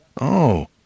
Oh